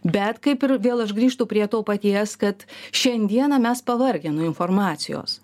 bet kaip ir vėl aš grįžtu prie to paties kad šiandieną mes pavargę nuo informacijos